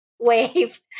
Wave